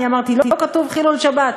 ואני אמרתי: לא כתוב חילול שבת.